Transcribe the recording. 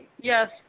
yes